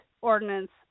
ordinance